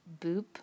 Boop